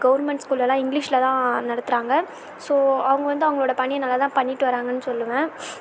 government ஸ்கூலில்லாம் இங்கிலிஷில்தான் நடத்துறாங்க ஸோ அவங்க வந்து அவங்களோட பணியை நல்லா தான் பண்ணிகிட்டு வராங்கன்னு சொல்லுவேன்